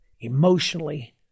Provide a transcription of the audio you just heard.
emotionally